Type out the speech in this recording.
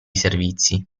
servizi